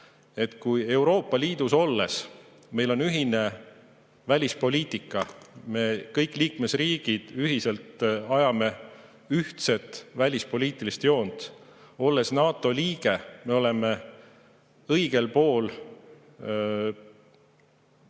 Kui Euroopa Liidus olles meil on ühine välispoliitika, kõik liikmesriigid ajavad ühiselt ühtset välispoliitilist joont, olles NATO liige, me oleme õigel pool ajalugu,